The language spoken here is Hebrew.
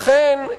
לכן,